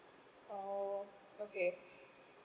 oh okay